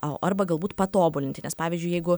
o arba galbūt patobulinti nes pavyzdžiui jeigu